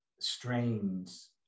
strains